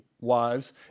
wives